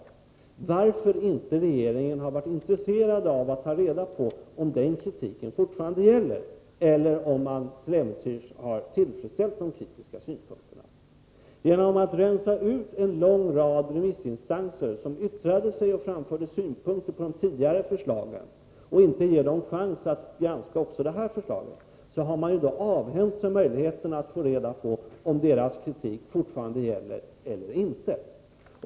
Eller anser regeringen till äventyrs att man tillfredsställt de kritiska synpunkterna? Genom att rensa ut en lång rad remissinstanser som yttrade sig och framförde synpunkter på de tidigare förslagen och inte ge dem chans att granska också det här förslaget har man avhänt sig möjligheterna att få reda på om deras kritik fortfarande gäller eller inte.